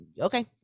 okay